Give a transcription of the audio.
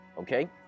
Okay